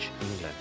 England